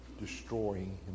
destroying